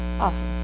Awesome